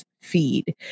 feed